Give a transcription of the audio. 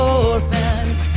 orphans